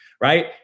right